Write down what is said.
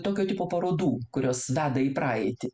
tokio tipo parodų kurios veda į praeitį